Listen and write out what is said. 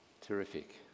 Terrific